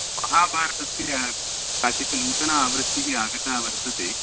महाभारतस्य काचित् नूतना आवृत्तिः आगता वर्तते